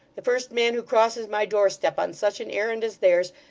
the first man who crosses my doorstep on such an errand as theirs,